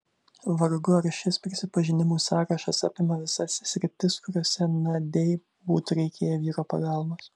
vargu ar šis prisipažinimų sąrašas apima visas sritis kuriose nadiai būtų reikėję vyro pagalbos